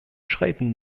schreiben